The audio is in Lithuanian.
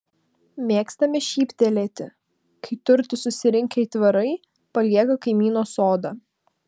mėgstame šyptelėti kai turtus susirinkę aitvarai palieka kaimyno sodą